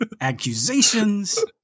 accusations